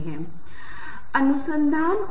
तो हमारे पास संगीत की मूल परिभाषा है